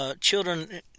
Children